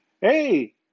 hey